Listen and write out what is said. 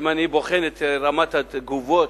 אם אני בוחן את רמת התגובות,